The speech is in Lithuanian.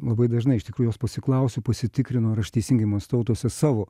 labai dažnai iš tikrųjų jos pasiklausiu pasitikrinu ar aš teisingai mąstau tuose savo